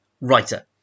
writer